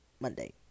Monday